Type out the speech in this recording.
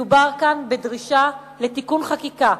מדובר כאן בדרישה לתיקון חקיקה,